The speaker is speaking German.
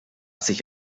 sich